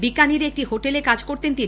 বিকানীরে একটি হোটেলে কাজ করতেন তিনি